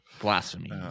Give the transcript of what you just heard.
Blasphemy